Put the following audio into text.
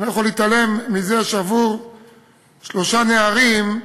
אני לא יכול להתעלם מזה שעבור שלושה נערים,